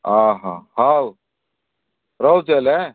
ହଉ ରହୁଛି ହେଲେ